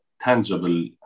tangible